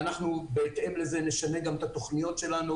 ואנחנו בהתאם לזה נשנה גם את התוכניות שלנו